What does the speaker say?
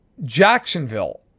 Jacksonville